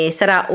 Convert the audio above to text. sarà